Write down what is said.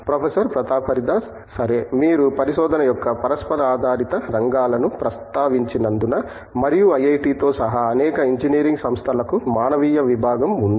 professor Pratap Haridas సరే మీరు పరిశోధన యొక్క పరస్పరాధారిత రంగాలను ప్రస్తావించినందున మరియు ఐఐటితో సహా అనేక ఇంజనీరింగ్ సంస్థలకు మానవీయ విభాగం ఉంది